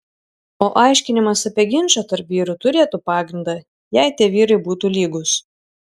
o aiškinimas apie ginčą tarp vyrų turėtų pagrindą jei tie vyrai būtų lygūs